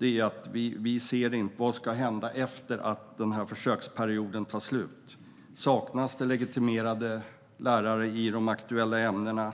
är att vi inte ser vad som ska hända efter att försöksperioden tar slut. Vad händer om det då saknas legitimerade lärare i de aktuella ämnena?